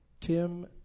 Tim